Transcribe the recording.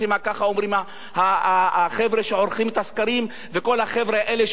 ככה אומרים החבר'ה שעורכים את הסקרים וכל החבר'ה האלה שהיום